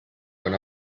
con